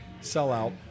sellout